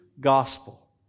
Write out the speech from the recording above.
gospel